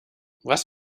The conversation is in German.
was